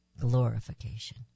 Glorification